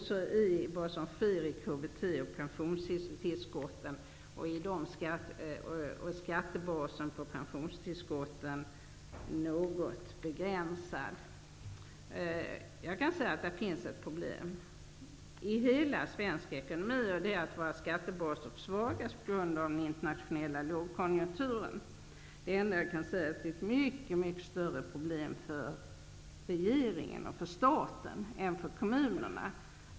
Det som sker när det gäller KBT och skattebasen för pensionstillskottet är något begränsat. Det finns ett problem i den svenska ekonomin. Skattebaserna försvagas på grund av den internationella lågkonjunkturen. Det är ett mycket större problem för regeringen och staten än för kommunerna.